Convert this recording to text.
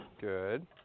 good